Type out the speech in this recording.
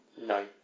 No